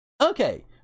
Okay